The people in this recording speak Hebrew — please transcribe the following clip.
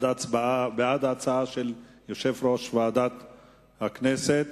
מי בעד ההצעה של יושב-ראש ועדת הכנסת?